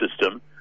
system